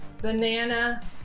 Banana